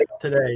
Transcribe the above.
today